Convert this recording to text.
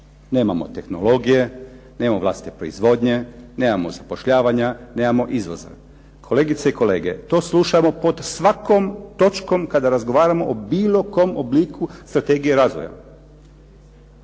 nemamo tehnologije, nemamo vlastite proizvodnje, nemamo zapošljavanja, nemamo izvoza. Kolegice i kolege, to slušamo pod svakom točkom kada razgovaramo o bilo kojem obliku strategije razvoja.